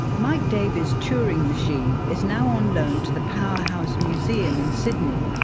mike davey's turing machine is now on loan to the powerhouse museum in sydney.